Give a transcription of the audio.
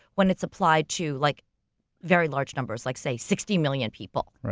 when it's applied to like very large numbers, like say sixty million people. right.